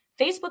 Facebook